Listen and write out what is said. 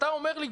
כשאתה אומר לי,